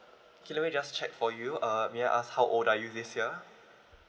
okay let me just check for you uh may I ask how old are you this year